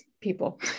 people